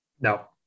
No